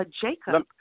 Jacob